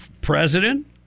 President